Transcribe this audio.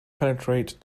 penetrate